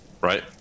Right